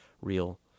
real